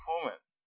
performance